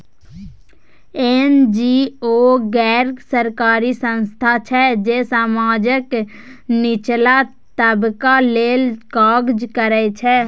NGO गैर सरकारी संस्था छै जे समाजक निचला तबका लेल काज करय छै